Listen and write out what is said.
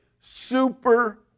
Super